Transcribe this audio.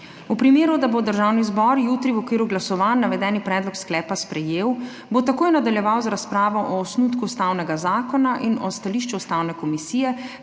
V primeru, da bo Državni zbor jutri v okviru glasovanj navedeni predlog sklepa sprejel, bo takoj nadaljeval z razpravo o osnutku ustavnega zakona in o stališču Ustavne komisije